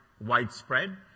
widespread